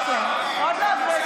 זה לא נורא,